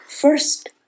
First